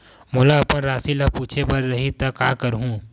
मोला अपन राशि ल पूछे बर रही त का करहूं?